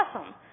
awesome